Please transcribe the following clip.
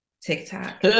TikTok